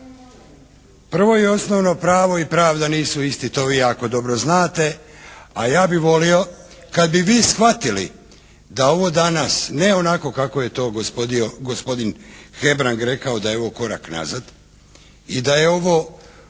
Prvo i osnovno pravo i pravda nisu isti, to vi jako dobro znate a ja bi volio kad bi vi shvatili da ovo danas ne onako kako je to gospodin Hebrang rekao da je ovo korak nazad i da je ovo